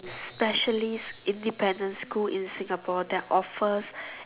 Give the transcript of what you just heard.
specialist independent school in Singapore they offers